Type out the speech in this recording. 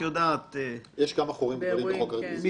יש כמה חורים גדולים בחוק הריכוזיות.